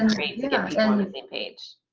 and great same page.